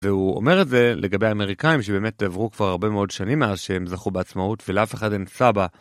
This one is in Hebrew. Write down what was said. והוא אומר את זה לגבי האמריקאים שבאמת עברו כבר הרבה מאוד שנים מאז שהם זכו בעצמאות ולאף אחד אין סבא.